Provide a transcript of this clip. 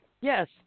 Yes